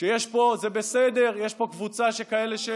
שיש פה, זה בסדר, יש פה קבוצה של כאלה,